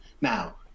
now